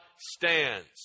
stands